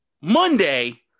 Monday